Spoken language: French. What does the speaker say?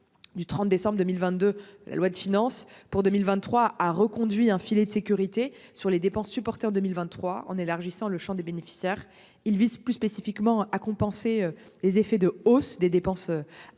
Du 30 décembre 2022, la loi de finances pour 2023 a reconduit un filet de sécurité sur les dépenses supporters 2023 en élargissant le Champ des bénéficiaires, il vise plus spécifiquement à compenser les effets de hausse des dépenses ah